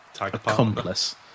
Accomplice